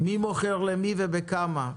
מי מוכר למי, בכמה,